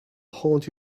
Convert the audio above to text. haunt